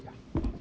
ya